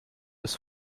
ist